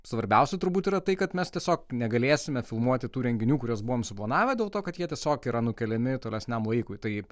svarbiausia turbūt yra tai kad mes tiesiog negalėsime filmuoti tų renginių kuriuos buvom suplanavę dėl to kad jie tiesiog yra nukeliami tolesniam laikui taip